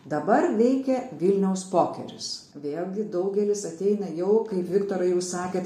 dabar veikia vilniaus pokeris vėlgi daugelis ateina jau kaip viktorai jūs sakėt